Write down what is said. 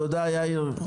תודה, יאיר.